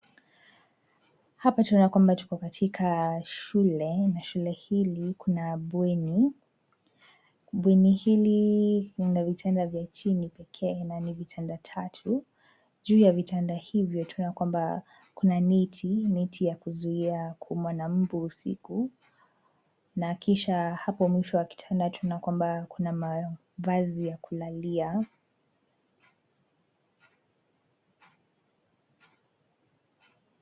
Hapa tunaona kwamba, tuko katika shule na shule hili kuna bweni. Bweni hili lina vitanda vya chini pekee na vitanda tatu. Juu ya vitanda hivyo tunaona kwamba, kuna neti, neti ya kuzuia kuumwa na mbu usiku. Na kisha hapo mwisho wa kitanda, tunaona kwamba kuna mavazi ya kulalia.